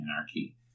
anarchy